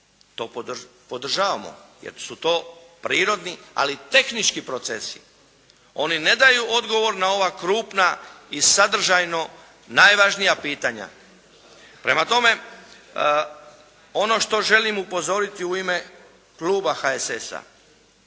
To podržavamo jer su to prirodni ali tehnički procesi. Oni ne daju odgovor na ova krupna i sadržajno najvažnija pitanja. Prema tome ono što želim upozoriti u ime Kluba HSS-a.